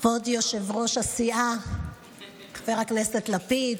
כבוד יושב-ראש הסיעה חבר הכנסת לפיד,